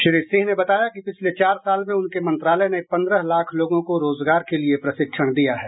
श्री सिंह ने बताया कि पिछले चार साल में उनके मंत्रालय ने पंद्रह लाख लोगों को रोजगार के लिए प्रशिक्षण दिया है